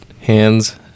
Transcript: hands